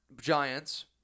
Giants